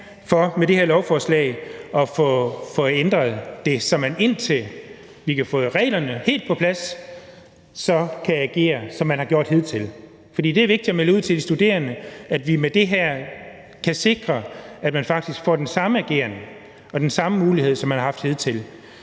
for med det her lovforslag at få ændret det, så man, indtil vi kan få reglerne helt på plads, kan agere, som man har gjort hidtil. For det er vigtigt at melde ud til de studerende, at vi med det her kan sikre, at man faktisk får den samme ageren og den samme mulighed, som man har haft hidtil.